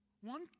One